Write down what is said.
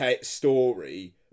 story